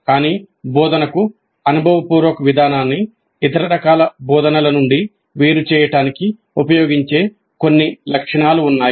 కానీ బోధనకు అనుభవపూర్వక విధానాన్ని ఇతర రకాల బోధనల నుండి వేరు చేయడానికి ఉపయోగించే కొన్ని లక్షణాలు ఉన్నాయి